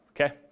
okay